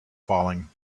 falling